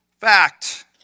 fact